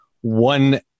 one